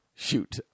Shoot